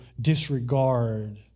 disregard